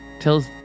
tells